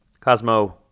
cosmo